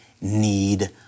need